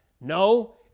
no